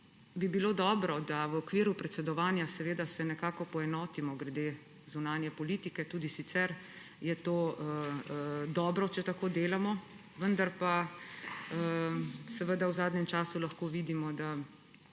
bi bilo dobro, da se v okviru predsedovanja nekako poenotimo glede zunanje politike, tudi sicer je dobro, če tako delamo. Vendar pa v zadnjem času lahko vidimo, da